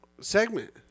segment